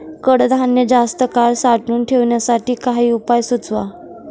कडधान्य जास्त काळ साठवून ठेवण्यासाठी काही उपाय सुचवा?